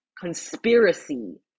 conspiracy